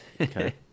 Okay